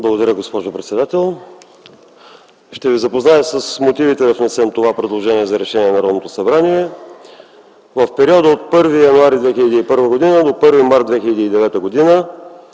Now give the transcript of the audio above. Благодаря, госпожо председател. Ще ви запозная с мотивите да внесем това предложение за решение на Народното събрание. В периода от 1 януари 2001 до 1 март 2009 г.